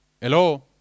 Hello